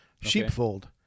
sheepfold